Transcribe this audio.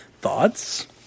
Thoughts